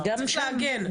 צריך להגן.